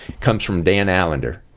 comes from dan allender.